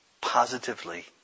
positively